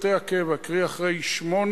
כפי שאמרתי,